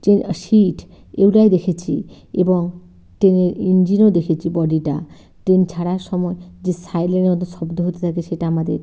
যে সিট এইগুলাই দেখেছি এবং ট্রেনের ইঞ্জিনও দেখেছি বডিটা ট্রেন ছাড়ার সময় যে সাইরেনের মতো শব্দ হতে থাকে সেটা আমাদের